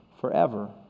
forever